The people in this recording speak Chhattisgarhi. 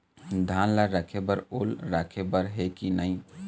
धान ला रखे बर ओल राखे बर हे कि नई?